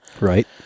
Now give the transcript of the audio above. Right